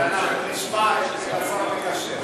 נשמע את השר המקשר.